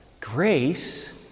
Grace